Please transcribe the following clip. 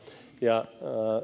ja